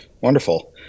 Wonderful